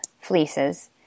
fleeces